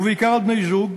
ובעיקר על בני-זוג,